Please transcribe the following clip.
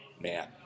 man